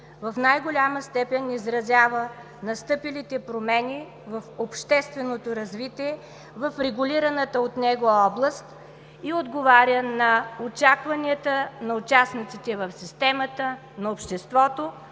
в най-голяма степен изразява настъпилите промени в общественото развитие в регулираната от него област и отговаря на очакванията на участниците в системата, на обществото